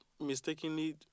mistakenly